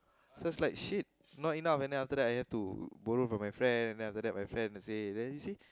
so it's like shit not enough and then after that I have to borrow from my friend and then after that my friend will say there you see